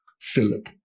Philip